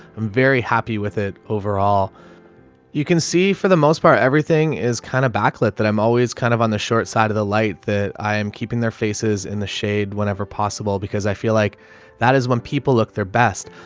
i'm very happy with it. overall you can see for the most part everything is kind of backlit that i'm always kind of on the short side of the light that i am keeping their faces in the shade whenever possible because i feel like that is when people look their best.